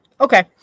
okay